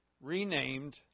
renamed